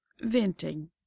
venting